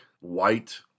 white